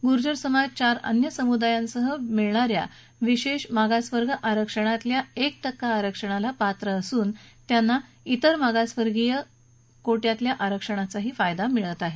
गुर्जर समाज चार अन्य समुदायांसह मिळणा या विशेष मागासवर्ग आरक्षणातल्या एक टक्का आरक्षणाला पात्र असून त्यांना इतर मागासवर्गिय कोट्यातील आरक्षणाचा फायदाही मिळत आहे